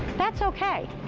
that's okay.